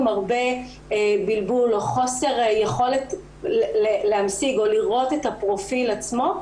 הרבה בלבול או חוסר יכולת להמשיג או לראות את הפרופיל עצמו,